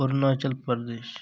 Arunachal Pradesh